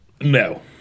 no